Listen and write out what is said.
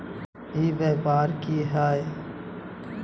ई व्यापार की हाय?